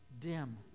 dim